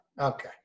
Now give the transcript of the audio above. Okay